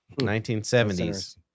1970s